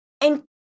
And-